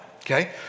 Okay